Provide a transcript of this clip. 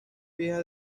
viejas